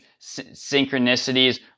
synchronicities